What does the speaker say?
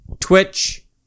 Twitch